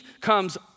comes